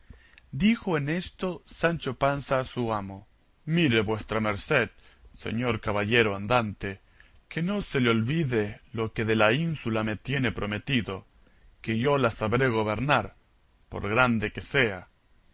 dijo en esto sancho panza a su amo mire vuestra merced señor caballero andante que no se le olvide lo que de la ínsula me tiene prometido que yo la sabré gobernar por grande que sea